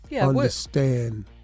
understand